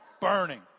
burning